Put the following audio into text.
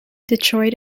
detroit